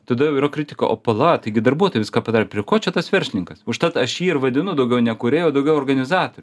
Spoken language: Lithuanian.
tada jau yra kritika o pala taigi darbuotojai viską padarė prie ko čia tas verslininkas užtat aš jį ir vadinu daugiau ne kūrėju o daugiau organizatoriu